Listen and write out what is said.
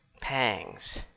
pangs